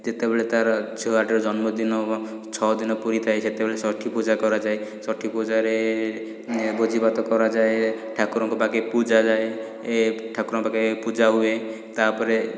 ଯେତେବେଳେ ତାର ଛୁଆଟିର ଜନ୍ମ ଦିନ ଛଅ ଦିନ ପୂରିଥାଏ ସେତେବେଳେ ଷଠି ପୂଜା କରାଯାଏ ଷଠି ପୁଜାରେ ଭୋଜି ଭାତ କରାଯାଏ ଠାକୁରଙ୍କ ପାଖରେ ପୂଜାଯାଏ ଠାକୁରଙ୍କ ପାଖେ ପୂଜା ହୁଏ ତାପରେ